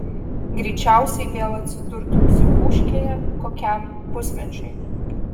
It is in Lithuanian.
greičiausiai vėl atsidurtų psichūškėje kokiam pusmečiui